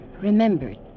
remembered